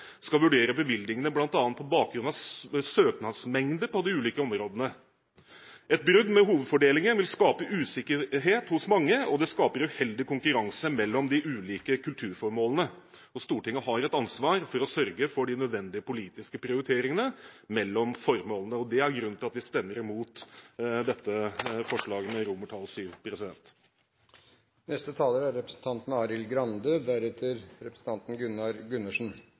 skal vurdere bevilgningene bl.a. på bakgrunn av søknadsmengde på de ulike områdene. Et brudd med hovedfordelingen vil skape usikkerhet hos mange, og det skaper uheldig konkurranse mellom de ulike kulturformålene. Stortinget har et ansvar for å sørge for de nødvendige politiske prioriteringene mellom formålene. Det er grunnen til at vi stemmer imot VII. Det var interessant å oppleve før pausen en hardt presset statsråd som enten hadde problemer med å svare, eller ikke ønsket å svare. Nå er